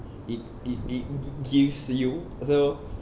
it it it g~ gives you so